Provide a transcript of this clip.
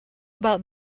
about